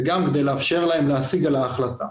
וגם כדי לאפשר להם להסיג על ההחלטה.